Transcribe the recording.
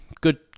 good